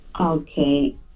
Okay